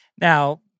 Now